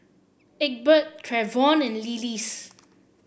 Egbert Trevon and Lillis